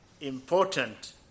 important